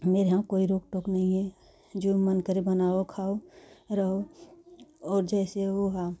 मेरे यहाँ कोई रोक टोक नहीं है जो मन करें बनाओ खाओ रहो और जैसे वह हाँ